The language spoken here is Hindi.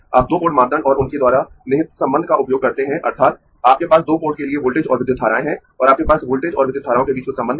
आप दो पोर्ट मापदंड और उनके द्वारा निहित संबंध का उपयोग करते है अर्थात् आपके पास दो पोर्ट के लिए वोल्टेज और विद्युत धाराएं है और आपके पास वोल्टेज और विद्युत धाराओं के बीच कुछ संबंध है